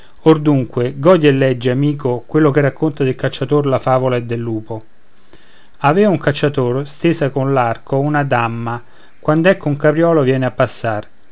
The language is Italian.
godi e leggi amico quello che racconta del cacciator la favola e del lupo aveva un cacciator stesa coll'arco una damma quand'ecco un capriolo viene a passar